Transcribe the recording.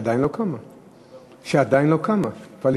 שעדיין לא קמה, שעדיין לא קמה.